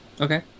Okay